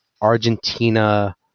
Argentina